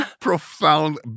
profound